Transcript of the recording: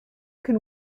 can